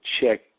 check